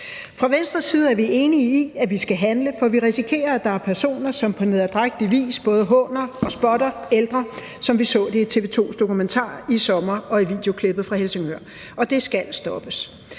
Fra Venstres side er vi enige i, at vi skal handle, for vi risikerer, at der er personer, som på nederdrægtig vis både håner og spotter ældre, som vi så det i TV 2's dokumentar i sommer og i videoklippet fra Helsingør. Det skal stoppes.